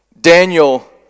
Daniel